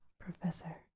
professor